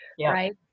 right